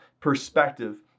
perspective